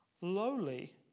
lowly